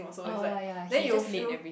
oh ya he just late every